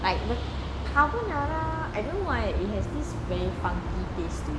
like the carbonara I don't know why it has funky taste to it